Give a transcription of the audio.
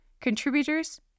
contributors